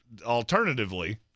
alternatively